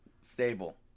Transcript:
stable